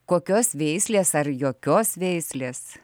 kokios veislės ar jokios veislės